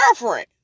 girlfriend